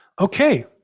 Okay